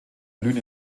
blühen